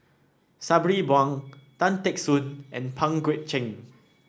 Sabri Buang Tan Teck Soon and Pang Guek Cheng